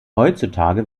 heutzutage